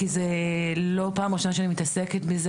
כי זה לא פעם ראשונה שאני מתעסקת בזה.